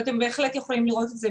ואתם בהחלט יכולים לראות את זה,